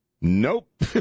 Nope